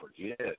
forget